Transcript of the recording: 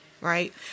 right